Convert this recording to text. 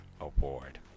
Award